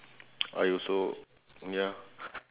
I also ya